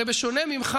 הרי בשונה ממך,